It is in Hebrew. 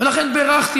ולכן בירכתי.